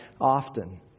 often